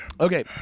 okay